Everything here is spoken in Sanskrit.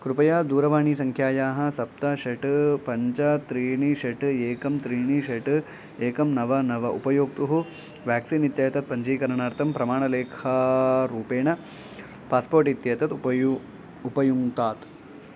कृपया दूरवाणीसङ्ख्यायाः सप्त षट् पञ्च त्रीणि षट् एकं त्रीणि षट् एकं नव नव उपयोक्तुः व्याक्सीन् इत्येतत् पञ्चीकरणार्थं प्रमाणलेखारूपेण पास्पोर्ट् इत्येतत् उपयु उपयुङ्क्तात्